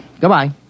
Goodbye